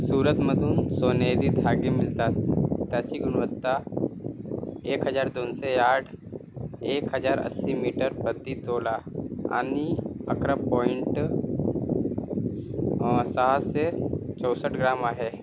सुरतमधून सोनेरी धागे मिळतात त्याची गुणवत्ता एक हजार दोनशे आठ एक हजार अस्सी मीटर प्रती तोळा आणि अकरा पॉइंट स सहाशे चौसष्ट ग्राम आहे